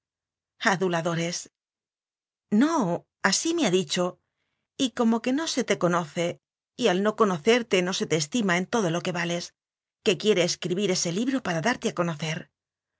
aduladores no así me ha dicho y que como no se te conoce y al no conocerte no se te estima en todo lo que vales que quiere escribir ese libro para darte a conocer